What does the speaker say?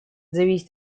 зависит